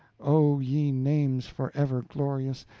oh, ye names forever glorious,